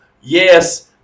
Yes